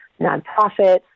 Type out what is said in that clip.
Nonprofits